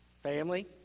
Family